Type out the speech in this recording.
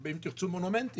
אם תרצו מונומנטים,